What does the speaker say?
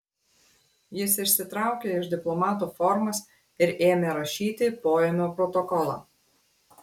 jis išsitraukė iš diplomato formas ir ėmė rašyti poėmio protokolą